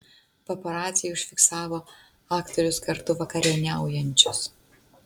paparaciai užfiksavo aktorius kartu vakarieniaujančius